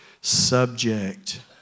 subject